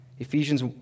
Ephesians